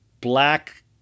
black